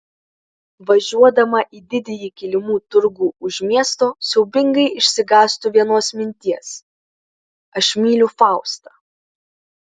važiuodama į didįjį kilimų turgų už miesto siaubingai išsigąstu vienos minties aš myliu faustą